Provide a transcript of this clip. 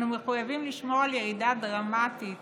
אנו מחויבים לשמור על ירידה דרמטית